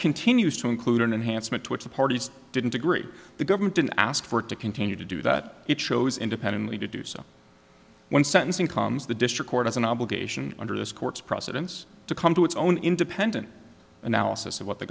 continues to include an enhancement to which the parties didn't agree the government didn't ask for it to continue to do that it shows independently to do so when sentencing comes the district court has an obligation under this court's precedents to come to its own independent analysis of what the